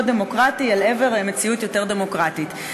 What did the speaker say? דמוקרטי אל עבר מציאות יותר דמוקרטית.